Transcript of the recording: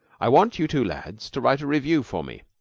i want you two lads to write a revue for me.